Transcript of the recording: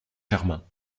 germain